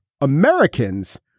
Americans